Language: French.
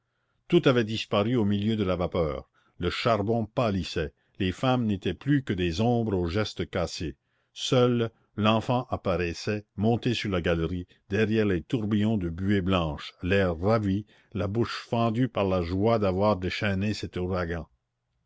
tout avait disparu au milieu de la vapeur le charbon pâlissait les femmes n'étaient plus que des ombres aux gestes cassés seul l'enfant apparaissait monté sur la galerie derrière les tourbillons de buée blanche l'air ravi la bouche fendue par la joie d'avoir déchaîné cet ouragan